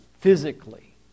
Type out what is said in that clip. physically